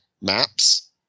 maps